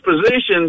positions